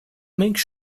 make